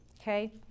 okay